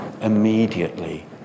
immediately